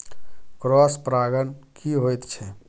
Cross परागण की होयत छै?